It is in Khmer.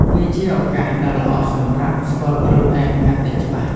វាជាឱកាសដ៏ល្អសម្រាប់ ស្គាល់ខ្លួនឯងកាន់តែច្បាស់។